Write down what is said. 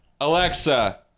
Alexa